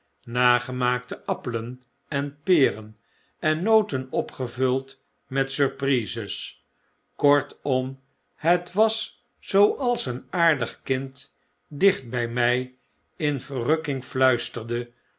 kunstmatigegoudenbladerenvoorzien nagemaakte appelen en peren en noten opgevuld met surprises kortom het was zooals een aardig kind dicht by mij in verrukking fluisterde